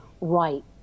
right